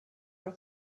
were